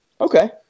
Okay